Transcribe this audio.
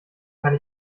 kann